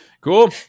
cool